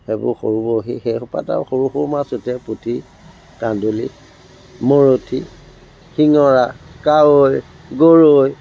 সেইবোৰ সৰু বৰশী সেইসোপাত আৰু সৰু সৰু মাছ উঠে পুঠি কান্ধুলি মৰথি শিঙৰা কাৱৈ গৰৈ